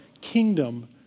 kingdom